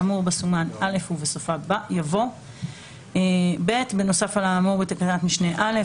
האמור בה סומן "(א)" ובסופה יבוא: "(ב) בנוסף על האמור בתקנת משנה (א),